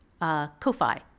Ko-fi